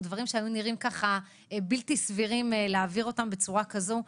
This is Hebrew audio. בדברים שהיו נראים בלתי סבירים להעביר אותם בצורה כזו.